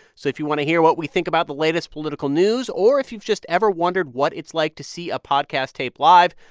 so if you want to hear what we think about the latest political news or if you've just ever wondered what it's like to see a podcast tape live,